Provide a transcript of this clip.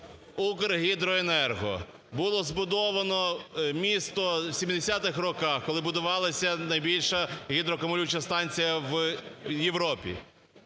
"Укргідроенерго" було збудовано місто в 70-х роках, коли будувалася найбільша гідроакумулююча станція в Європі.